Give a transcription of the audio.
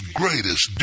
greatest